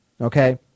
okay